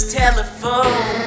telephone